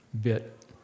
bit